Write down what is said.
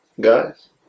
guys